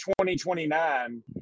2029